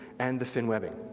and the fin webbing.